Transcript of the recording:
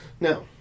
Now